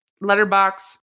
letterbox